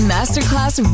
Masterclass